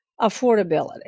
affordability